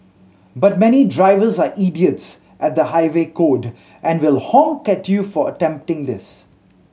but many drivers are idiots at the highway code and will honk at you for attempting this